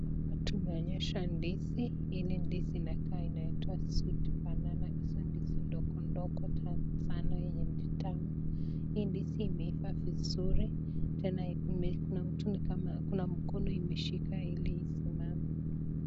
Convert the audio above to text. Hapa tunaona ndizi inayoitwa sweet banana , hizo ndizi ndogo ndogo matamu. Hii ndizi imeiva vizuri na inaonekana kuna mkono imeshika ili isimame.